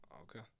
Okay